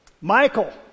Michael